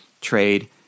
trade